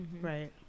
Right